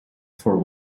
for